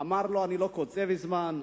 אמר לו: אני לא קוצב זמן,